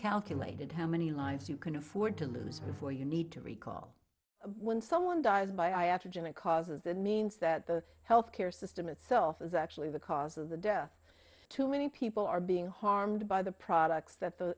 calculated how many lives you can afford to lose before you need to recall when someone dies by average and it causes that means that the health care system itself is actually the cause of the death too many people are being harmed by the products that the